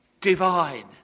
Divine